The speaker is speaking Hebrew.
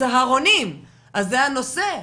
צהרונים וזה הנושא,